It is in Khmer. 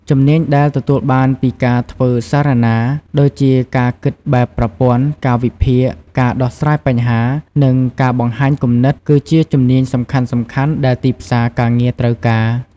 ជំនាញដែលទទួលបានពីការធ្វើសារណា ដូចជាការគិតបែបប្រព័ន្ធ ការវិភាគ ការដោះស្រាយបញ្ហា និងការបង្ហាញគំនិត គឺជាជំនាញសំខាន់ៗដែលទីផ្សារការងារត្រូវការ។